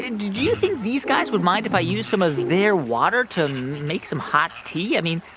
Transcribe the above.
and you think these guys would mind if i use some of their water to make some hot tea? i mean,